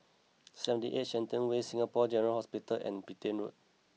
Seventy Eight Shenton Way Singapore General Hospital and Petain Road